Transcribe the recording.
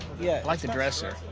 yeah. i like the dresser.